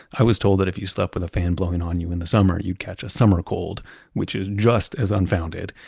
i was told that if you slept with a fan blowing on you in the summer, you'd catch a summer cold which is just as unfounded,